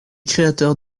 créateurs